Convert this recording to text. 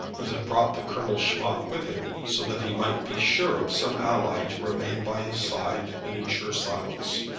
and had brought the colonel schmoff with him, so that he might be sure of some ally to remain by his side and ensure silence.